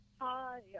Hi